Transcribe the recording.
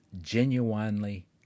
genuinely